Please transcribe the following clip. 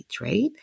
right